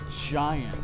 giant